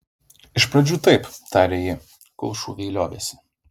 iš pradžių taip tarė ji kol šūviai liovėsi